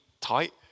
tight